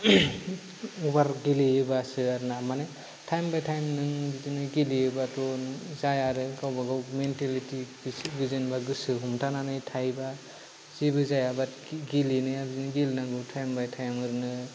अभार गेलेयोबासो आरो ना थाइम बाय थाइम नों बिदिनो गेलेयोबाथ' जाया आरो गावबा गाव मेन्टेलिटि इसे जेनेबा गोसो हमथानानै थायोबा जेबो जायाबा गेलेनाया बिदिनो गेलेनांगौ थाइम बाय थाइम